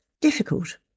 difficult